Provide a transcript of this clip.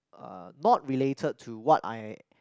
uh not related to what I